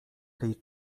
tej